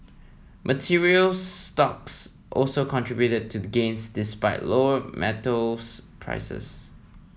materials stocks also contributed to the gains despite lower metals prices